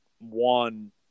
one